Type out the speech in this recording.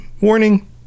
warning